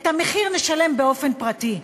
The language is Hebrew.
את המחיר נשלם באופן פרטי.